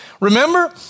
remember